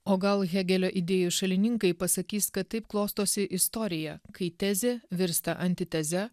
o gal hegelio idėjų šalininkai pasakys kad taip klostosi istorija kai tezė virsta antiteze